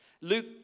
Luke